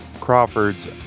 Crawford's